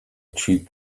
cheat